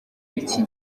y’iki